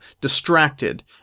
distracted